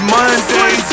Monday